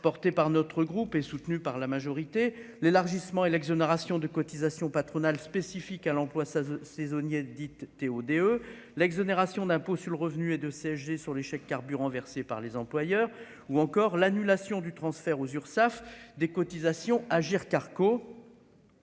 portés par notre groupe est soutenu par la majorité, l'élargissement et l'exonération de cotisations patronales spécifique à l'emploi ça saisonnier dit TODE l'exonération d'impôt sur le revenu et de CSG sur les chèque carburant versées par les employeurs, ou encore l'annulation du transfert aux Urssaf des cotisations Agirc-Arrco